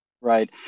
Right